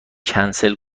کنسل